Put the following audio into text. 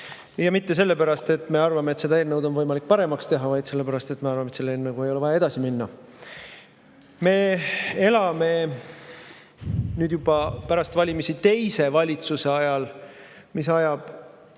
Ja mitte sellepärast, et me arvame, et seda eelnõu on võimalik paremaks teha, vaid sellepärast, et me arvame, et selle eelnõuga ei ole vaja edasi minna.Me elame nüüd pärast valimisi juba teise valitsuse ajal, mis ajab